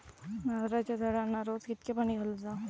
नारळाचा झाडांना रोज कितक्या पाणी घालुचा?